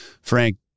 Frank